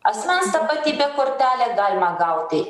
asmens tapatybė kortelė galima gauti